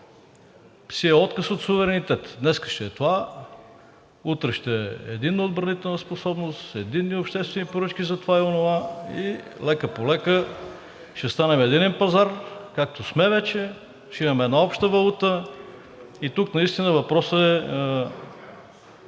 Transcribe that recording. си е отказ от суверенитет. Днес ще е това, утре ще е единна отбранителна способност, единни обществени поръчки за това и онова, и лека-полека ще станем единен пазар, както сме вече, ще имаме една обща валута и тук въпросът